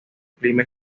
clima